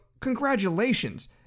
Congratulations